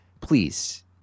please